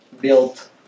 built